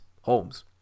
Holmes